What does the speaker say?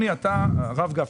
הרב גפני,